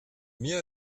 mir